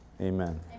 amen